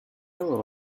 all